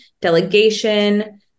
delegation